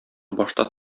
башта